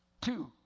Two